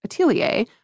atelier